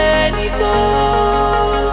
anymore